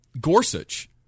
Gorsuch